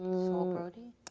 saul brody,